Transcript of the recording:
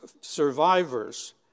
survivors